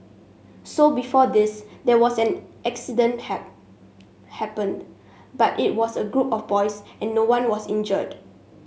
so before this there was an accident happened but it was a group of boys and no one was injured